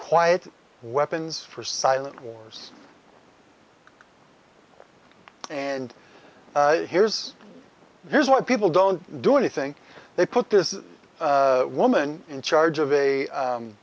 quiet weapons for silent wars and here's here's what people don't do anything they put this woman in charge of a